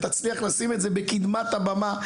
ותצליח לשים את זה בקדמת הבמה,